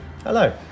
Hello